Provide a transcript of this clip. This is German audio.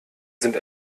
sind